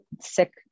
sick